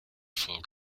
folk